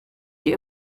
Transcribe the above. die